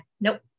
Nope